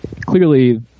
clearly